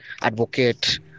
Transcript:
advocate